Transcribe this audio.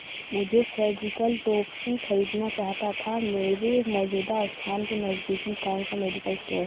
मुझे सर्जिकल टोपी खरीदना चाहता था मेरे मौजूदा स्थान के नज़दीकी कौन सा मेडिकल स्टोर है